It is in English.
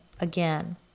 again